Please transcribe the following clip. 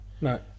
No